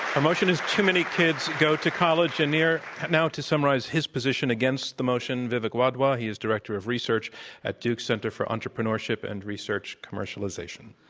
our motion is too many kids go to college. and here now to summarize his position against the motion, vivek wadhwa. he is director of research at duke center for entrepreneurship and research commercialization.